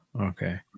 Okay